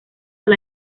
del